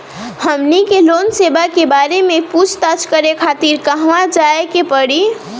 हमनी के लोन सेबा के बारे में पूछताछ करे खातिर कहवा जाए के पड़ी?